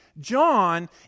John